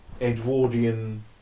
Edwardian